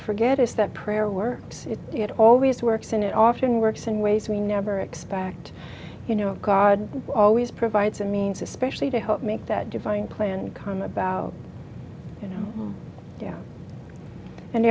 forget is that prayer works if it always works and it often works in ways we never expect you know god always provides a means especially to help make that divine plan come about and yeah and